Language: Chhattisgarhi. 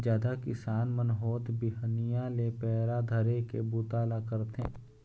जादा किसान मन होत बिहनिया ले पैरा धरे के बूता ल करथे